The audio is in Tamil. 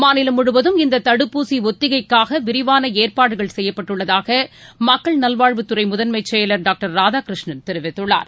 மாநிலம் முழுவதும் இந்த தடுப்பூசி ஒத்திகைக்காக விரிவான ஏற்பாடுகள் செய்யப்பட்டுள்ளதாக மக்கள் நல்வாழ்வுத் துறையின் முதன்மைச் செயலர் டாக்டர் ராதாகிருஷ்ணன் தெரிவித்துள்ளார்